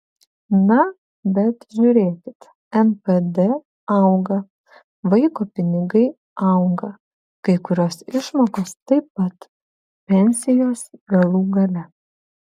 na bet žiūrėkit npd auga vaiko pinigai auga kai kurios išmokos taip pat pensijos galų gale